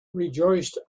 rejoiced